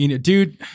Dude